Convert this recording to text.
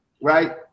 right